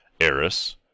Eris